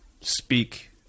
speak